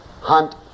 hunt